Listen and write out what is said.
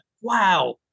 wow